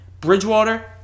Bridgewater